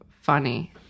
funny